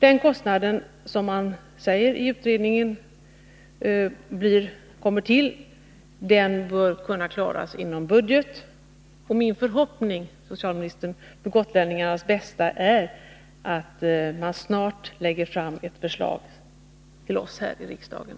Den kostnad som detta enligt utredningen skulle innebära bör kunna klaras inom budgeten. Min förhoppning, socialministern, för gotlänningarnas bästa är att socialministern snarast framlägger ett förslag för oss här i riksdagen.